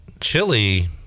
chili